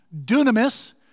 dunamis